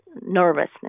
nervousness